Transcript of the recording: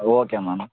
okay ma'am